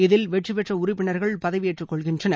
இதில் வெற்றிப்பெற்ற உறுப்பினர்கள் பதவியேற்றுக்கொள்கின்றனர்